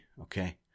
Okay